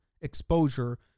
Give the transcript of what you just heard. exposure